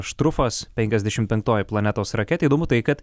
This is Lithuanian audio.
štrufas penkiasdešimt penktoji planetos raketė įdomu tai kad